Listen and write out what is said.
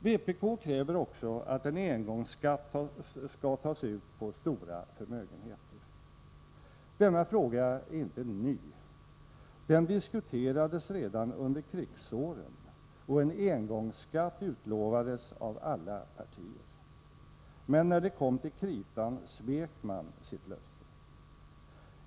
Vpk kräver också att en engångsskatt skall tas ut på stora förmögenheter. Denna fråga är inte ny. Den diskuterades redan under krigsåren, och en engångsskatt utlovades av alla partier. Men när det kom till kritan svek de sitt löfte.